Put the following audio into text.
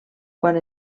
quan